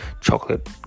chocolate